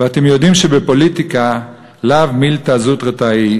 ואתם יודעים שבפוליטיקה לאו מילתא זוטרתא היא.